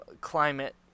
climate